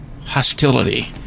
hostility